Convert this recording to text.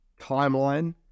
timeline